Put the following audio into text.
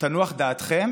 תודה רבה.